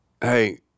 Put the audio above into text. Hey